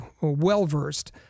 well-versed